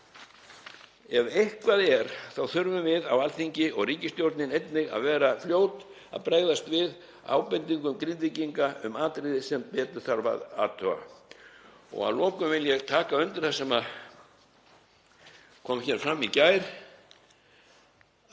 Ef eitthvað er þá þurfum við á Alþingi og ríkisstjórnin einnig að vera fljót að bregðast við ábendingum Grindvíkinga um atriði sem betur þarf að athuga. Að lokum vil ég taka undir það sem kom fram í gær,